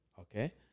Okay